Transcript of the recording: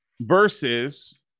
versus